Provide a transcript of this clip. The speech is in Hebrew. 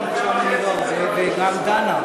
זהבה גלאון הזכירה לי, לא הרבה, וגם דנה.